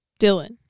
Dylan